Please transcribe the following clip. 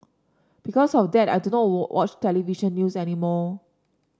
because of that I do not watch television news anymore